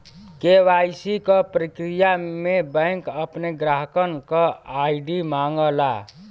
KYC क प्रक्रिया में बैंक अपने ग्राहकन क आई.डी मांगला